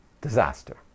Disaster